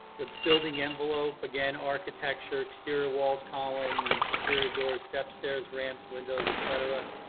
the building envelope, again, architecture, exterior walls, columns, exterior doors, step, stairs, ramps, windows et cetera.